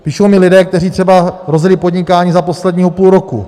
Píší mi lidé, kteří třeba rozjeli podnikání za posledního půl roku.